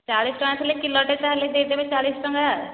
ଚାଳିଶ ଟଙ୍କା ଥିଲେ କିଲୋଟେ ତା'ହେଲେ ଦେଇଦେବେ ଚାଳିଶ ଟଙ୍କା